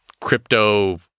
crypto